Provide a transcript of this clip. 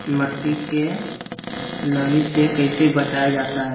मट्टी के नमी से कैसे बचाया जाता हैं?